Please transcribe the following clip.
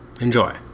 enjoy